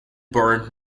burnt